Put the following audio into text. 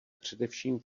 především